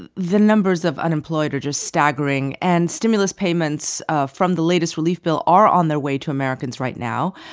and the numbers of unemployed are just staggering. and stimulus payments ah from the latest relief bill are on their way to americans right now.